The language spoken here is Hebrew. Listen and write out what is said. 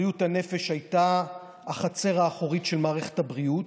בריאות הנפש הייתה החצר האחורית של מערכת הבריאות,